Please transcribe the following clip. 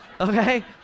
okay